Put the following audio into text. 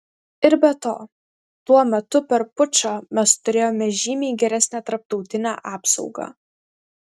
ir be to tuo metu per pučą mes turėjome žymiai geresnę tarptautinę apsaugą